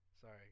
sorry